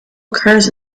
occurs